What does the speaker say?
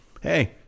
hey